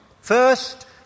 First